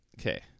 okay